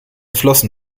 flossen